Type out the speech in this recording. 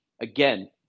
Again